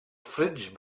fridge